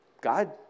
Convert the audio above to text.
God